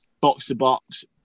box-to-box